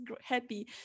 happy